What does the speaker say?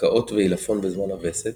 הקאות ועילפון בזמן הווסת,